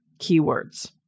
keywords